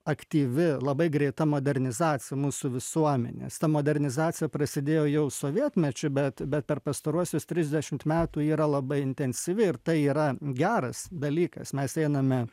aktyvi labai greita modernizacija mūsų visuomenės ta modernizacija prasidėjo jau sovietmečiu bet bet per pastaruosius trisdešimt metų ji yra labai intensyvi ir tai yra geras dalykas mes einame